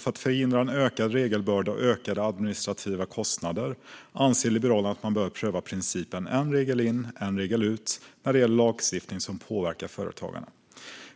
För att förhindra en ökad regelbörda och ökade administrativa kostnader anser Liberalerna att man bör pröva principen en regel in, en regel ut när det gäller lagstiftning som påverkar företagande.